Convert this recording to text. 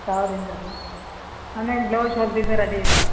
ಸಾವಿರದಿಂದ ಮೊನ್ನೆ ಒಂದು ಬ್ಲೌಸ್ ಹೊಲ್ದಿದ್ದಾ ರೆಡಿ ಇದಾ